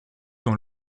dans